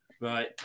Right